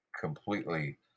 completely